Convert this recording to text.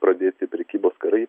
pradėti prekybos karai